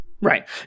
Right